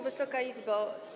Wysoka Izbo!